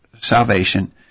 salvation